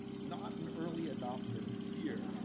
not an early adopter here.